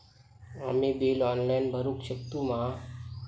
आम्ही bill online भरुक शकतू मा?